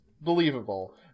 believable